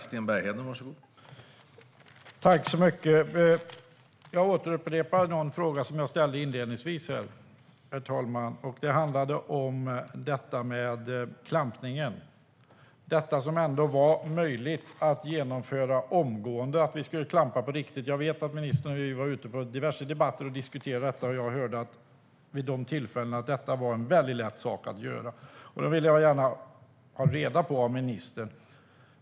Herr talman! Jag upprepar en fråga om klampningen som jag ställde inledningsvis. Att klampa på riktigt skulle ändå vara möjligt att genomföra omgående. Jag har hört ministern säga i diverse debatter och diskussioner att det skulle vara en lätt sak att göra.